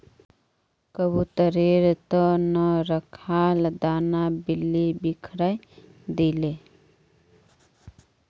कबूतरेर त न रखाल दाना बिल्ली बिखरइ दिले